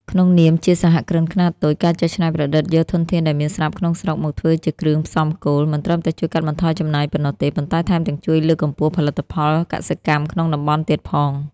ក្នុងនាមជាសហគ្រិនខ្នាតតូច ការចេះច្នៃប្រឌិតយកធនធានដែលមានស្រាប់ក្នុងស្រុកមកធ្វើជាគ្រឿងផ្សំគោល មិនត្រឹមតែជួយកាត់បន្ថយចំណាយប៉ុណ្ណោះទេ ប៉ុន្តែថែមទាំងជួយលើកកម្ពស់ផលិតផលកសិកម្មក្នុងតំបន់ទៀតផង។